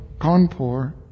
Kanpur